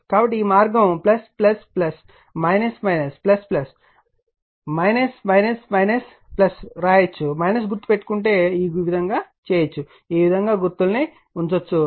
కాబట్టి ఈ మార్గం వ్రాయవచ్చు గుర్తు పెట్టుకుంటే ఈ విధంగా చేయవచ్చు ఈ విధంగా గుర్తులను ఉంచవచ్చు